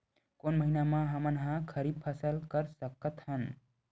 कोन महिना म हमन ह खरीफ फसल कर सकत हन?